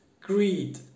greed